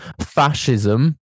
Fascism